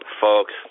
Folks